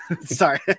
Sorry